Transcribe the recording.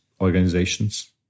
organizations